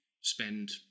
spend